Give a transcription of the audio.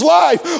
life